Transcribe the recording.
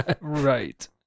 Right